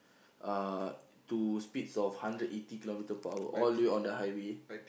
(uh)to speeds of hundred eighty kilometer per hour all the way on the highway